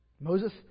Moses